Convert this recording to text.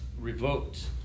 revoked